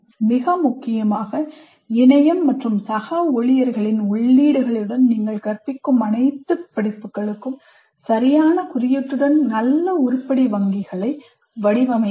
மிக முக்கியமாக இணையம் மற்றும் சக ஊழியர்களின் உள்ளீடுகளுடன் நீங்கள் கற்பிக்கும் அனைத்து படிப்புகளுக்கும் சரியான குறியீட்டுடன் நல்ல உருப்படி வங்கிகளை வடிவமைக்கவும்